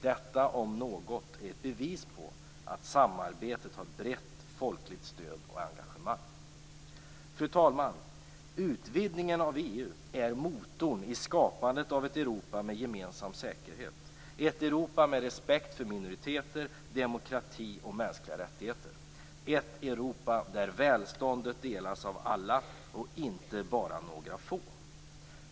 Detta om något är ett bevis på att samarbetet har brett folkligt stöd och engagemang. Fru talman! Utvidgningen av EU är motorn i skapandet av ett Europa med gemensam säkerhet, ett Europa med respekt för minoriteter, demokrati och mänskliga rättigheter, ett Europa där välståndet delas av alla, inte bara några få.